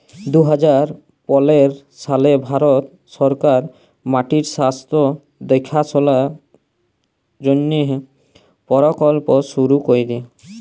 দু হাজার পলের সালে ভারত সরকার মাটির স্বাস্থ্য দ্যাখাশলার জ্যনহে পরকল্প শুরু ক্যরে